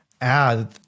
add